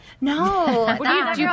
No